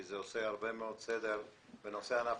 כי זה עושה הרבה מאוד סדר בנושא ענף